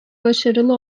başarılı